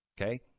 Okay